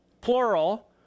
plural